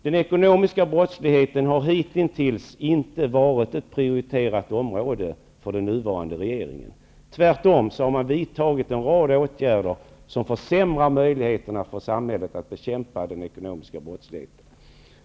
Den ekonomiska brottsligheten har hitintills inte varit ett prioriterat område för den nuvarande regeringen. Man har tvärtom vidtagit en rad åtgärder som försämrar möjligheterna för samhället att bekämpa den ekonomiska brottsligheten.